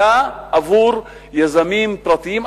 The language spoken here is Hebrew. אלא זה עבור יזמים פרטיים,